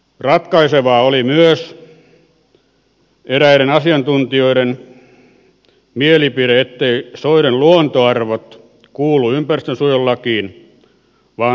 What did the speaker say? ratkaisevaa oli myös eräiden asiantuntijoiden mielipide etteivät soiden luontoarvot kuulu ympäristönsuojelulakiin vaan luonnonsuojelulakiin